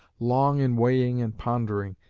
long in weighing and pondering,